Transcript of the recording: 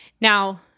Now